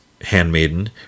handmaiden